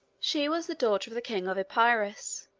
she was the daughter of the king of epirus,